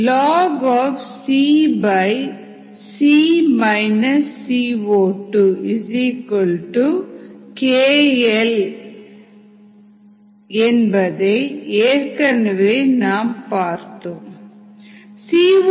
lncc cO2 kL at என்பதை ஏற்கனவே நாம் பார்த்தோம்